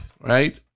Right